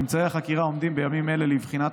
ממצאי החקירה עומדים בימים אלה לבחינת